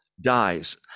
dies